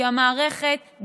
כי המערכת,